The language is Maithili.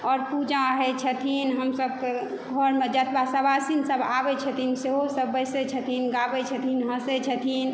आओर पूजा होइ छथिन हम सबके घरमे जतबै सवासिन सब आबै छथिन सेहो सब बैसै छथिन गाबै छथिन हँसै छथिन